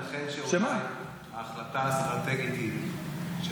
הייתכן שאולי ההחלטה האסטרטגית היא